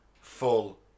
full